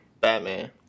Batman